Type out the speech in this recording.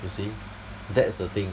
you see that's the thing